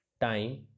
time